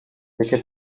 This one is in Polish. jakie